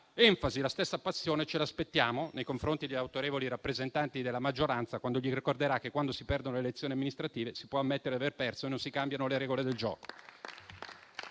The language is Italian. enfasi e la stessa passione ce l'aspettiamo nei confronti di autorevoli rappresentanti della maggioranza, quando gli ricorderà che, quando si perdono le elezioni amministrative, si può ammettere di aver perso e non si cambiano le regole del gioco